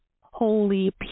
holy